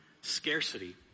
scarcity